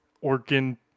organ